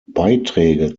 beiträge